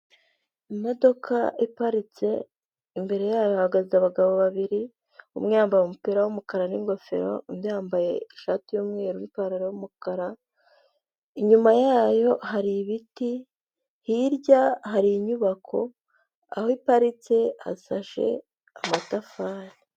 Imodoka iparitse, imbere yayo hahagaze abagabo babiri, umwe yambaye umupira w'umukara n'ingofero, undi yambaye ishati y'umweru n'ipantaro y'umukara, inyuma yayo hari ibiti, hirya hari inyubako, aho iparitse hashashe amatafari.